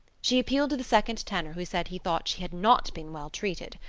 she appealed to the second tenor who said he thought she had not been well treated.